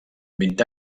vint